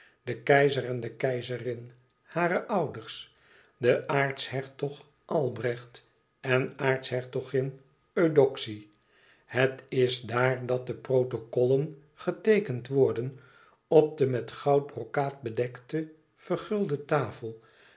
de keizer en de keizerin hare ouders de aartshertog albrecht en de aartshertogin eudoxie het is daar dat de protokollen geteekend worden op de met goudbrokaat bedekte vergulden tafel